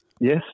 Yes